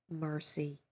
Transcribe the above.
mercy